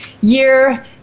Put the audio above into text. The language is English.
year